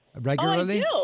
regularly